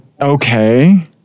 Okay